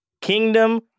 kingdom